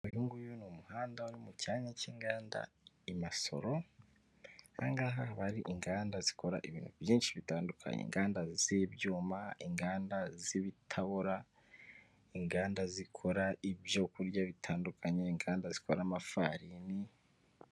Uyu nguyu ni umuhanda uri mu cyanya k'inganda i Masoro, aha ngaha haba hari inganda zikora ibintu byinshi bitandukanye: "Inganda z'ibyuma, inganda z'ibitabora, inganda zikora ibyo kurya bitandukanye, inganda zikora amafarini".